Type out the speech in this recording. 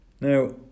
Now